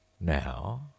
Now